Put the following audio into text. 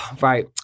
right